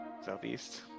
Southeast